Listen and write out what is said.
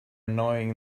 annoying